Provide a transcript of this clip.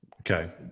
okay